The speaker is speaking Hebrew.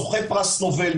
זוכי פרס נובל,